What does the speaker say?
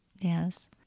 yes